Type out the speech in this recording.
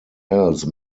else